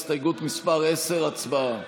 הסתייגות מס' 10, הצבעה.